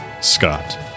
Scott